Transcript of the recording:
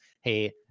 hey